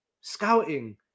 scouting